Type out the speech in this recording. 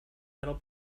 metal